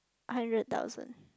hundred thousand